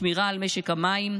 שמירה על משק המים,